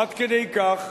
עד כדי כך,